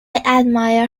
admire